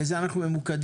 בזה אנחנו ממוקדים.